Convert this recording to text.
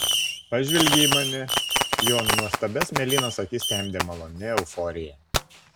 pažvelgė į mane jo nuostabias mėlynas akis temdė maloni euforija